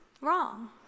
wrong